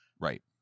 right